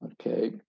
Okay